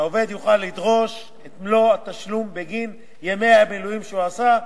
שהעובד יוכל לדרוש את מלוא התשלום בגין ימי המילואים שהוא עשה,